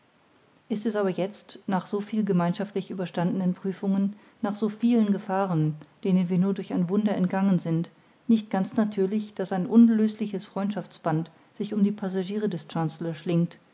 ist es aber jetzt nach so viel gemeinschaftlich überstandenen prüfungen nach so vielen gefahren denen wir nur wie durch ein wunder entgangen sind nicht ganz natürlich daß ein unlösliches freundschaftsband sich um die passagiere des chancellor schlingt